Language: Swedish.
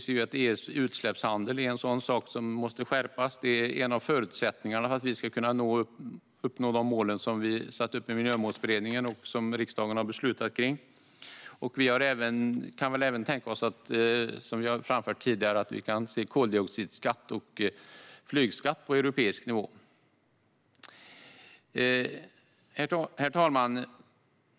EU:s utsläppshandel är en sak som måste skärpas och en av förutsättningarna för att vi ska kunna uppnå de mål vi satt upp i Miljömålsberedningen och som riksdagen har beslutat om. Vi kan även, som vi har framfört tidigare, tänka oss koldioxid och flygskatt på europeisk nivå. Herr talman!